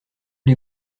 les